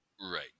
Right